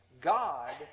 God